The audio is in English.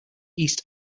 east